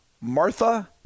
Martha